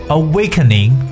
awakening